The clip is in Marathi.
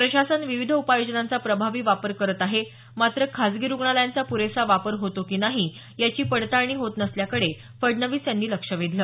प्रशासन विविध उपाययोजनांचा प्रभावी वापर करत आहेत मात्र खासगी रुग्णालयांचा प्रेसा वापर होतो की नाही याची पडताळणी होत नसल्याकडे फडणवीस यांनी लक्ष वेधलं